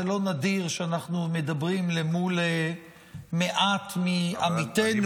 זה לא נדיר שאנחנו מדברים למול מעט מעמיתנו,